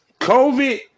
COVID